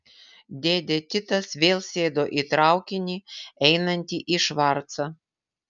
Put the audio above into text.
dėdė titas vėl sėdo į traukinį einantį į švarcą